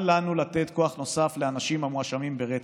אל לנו לתת כוח נוסף לאנשים המואשמים ברצח.